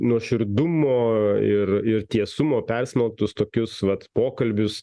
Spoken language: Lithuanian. nuoširdumo ir ir tiesumo persmelktus tokius vat pokalbius